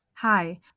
Hi